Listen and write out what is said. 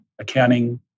accounting